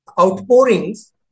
outpourings